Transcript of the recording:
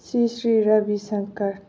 Shri Sri Ravi Shankar